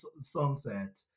sunset